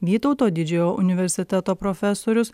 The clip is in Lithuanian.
vytauto didžiojo universiteto profesorius